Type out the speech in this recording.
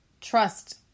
trust